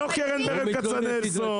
לא קרן כצנלסון,